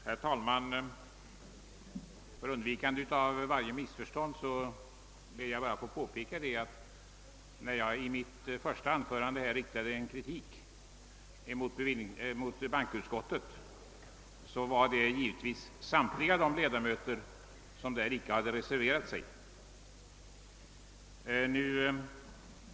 Herr talman! För undvikande av vidare missförstånd ber jag få påpeka att när jag i mitt första anförande riktade kritik mot bankoutskottet gällde denna kritik givetvis samtliga de ledamöter som där icke hade reserverat sig.